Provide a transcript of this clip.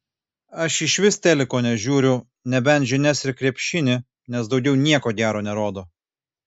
aš išvis teliko nežiūriu nebent žinias ir krepšinį nes daugiau nieko gero nerodo